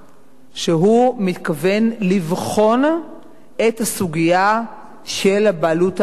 שהוא מתכוון לבחון את הסוגיה של הבעלות האנכית.